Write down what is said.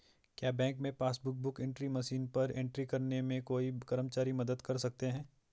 क्या बैंक में passbook book entry machine पर एंट्री करने में कोई कर्मचारी मदद कर सकते हैं?